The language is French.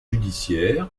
judiciaire